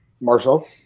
Marcel